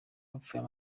bapfuye